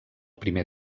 primer